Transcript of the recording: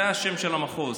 זה השם של המחוז.